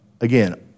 Again